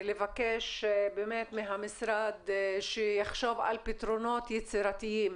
לבקש מהמשרד שיחשוב על פתרונות יצירתיים,